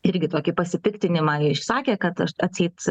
irgi tokį pasipiktinimą išsakė kad aš atseit